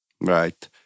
Right